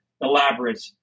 elaborate